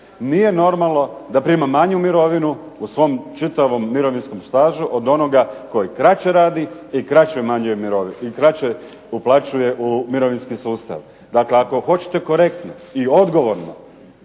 nije normalno da prima manju mirovinu u svom čitavom mirovinskom stažu od onoga koji kraće rade i kraće uplaćuje u mirovinski sustav. Dakle, ako hoćete korektno i odgovorno